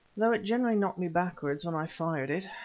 although it generally knocked me backwards when i fired it,